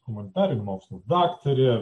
humanitarinių mokslų daktarė